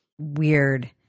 weird